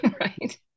Right